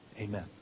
Amen